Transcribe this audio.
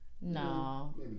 No